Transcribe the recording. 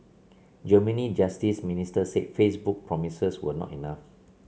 Germany's justice minister said Facebook promises were not enough